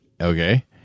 okay